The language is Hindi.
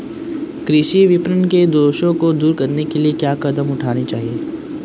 कृषि विपणन के दोषों को दूर करने के लिए क्या कदम उठाने चाहिए?